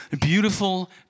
beautiful